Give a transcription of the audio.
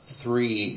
three